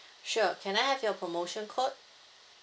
sure can I have your promotion code